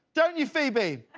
don't you phoebe?